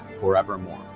forevermore